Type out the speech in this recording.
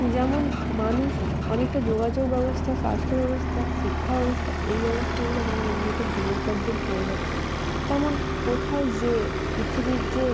যেমন মানুষ অনেকটা যোগাযোগ ব্যবস্থা স্বাস্থ্য ব্যবস্থা শিক্ষা ব্যবস্থা এই ব্যবস্থাগুলো যেমন উন্নত দিনের পর দিন হয়ে যাচ্ছে তেমন কোথাও যে পৃথিবীর যে